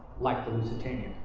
like the lusitania.